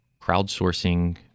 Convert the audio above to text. crowdsourcing